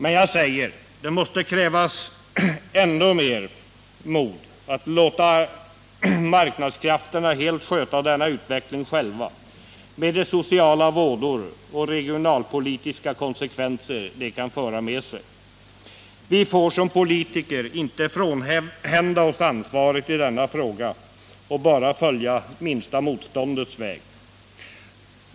Men jag säger att det måste krävas ändå mera mod att låta marknadskrafterna helt sköta denna utveckling själva, med de sociala vådor och regionalpolitiska konsekvenser det kan föra med sig. Vi får som politiker inte frånhända oss ansvaret i denna fråga och bara följa minsta motståndets lag.